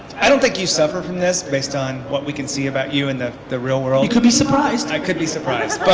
i don't think you suffer from this based on what we can see about you in the the real world you could be surprised. i could be surprised.